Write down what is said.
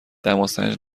دماسنج